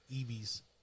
Evie's